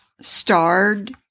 starred